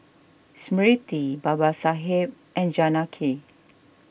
Smriti Babasaheb and Janaki